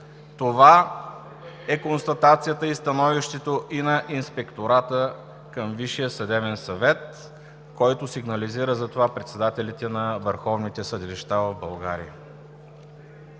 Това е констатацията и становището и на Инспектората към Висшия съдебен съвет, който сигнализира за това председателите на върховните съдилища в България.